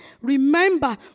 remember